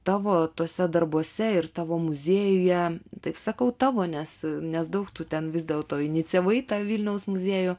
tavo tuose darbuose ir tavo muziejuje taip sakau tavo nes nes daug tu ten vis dėl to inicijavai tą vilniaus muziejų